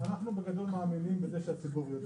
אנחנו בגדול מאמינים בזה שהציבור יודע.